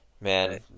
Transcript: man